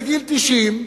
לגיל 90,